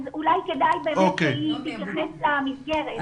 אז אולי כדאי באמת שהיא תתייחס למסגרת.